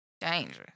Dangerous